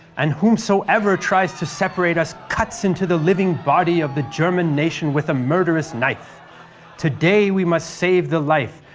and whomsoever tries to separate us cuts into the living body of the german nation with a murderous knife today we must save the life,